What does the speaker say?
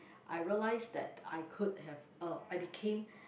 I realized that I could have uh I became